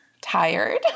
tired